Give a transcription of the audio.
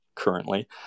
currently